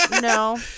no